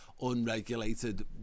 unregulated